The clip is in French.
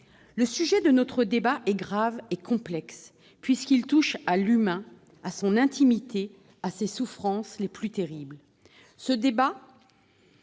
Le sujet est grave et complexe : il touche à l'humain, à son intimité, à ses souffrances les plus terribles. Ce débat